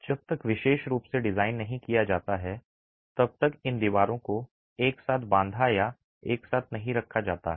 जब तक विशेष रूप से डिजाइन नहीं किया जाता है तब तक इन दीवारों को एक साथ बांधा या एक साथ नहीं रखा जाता है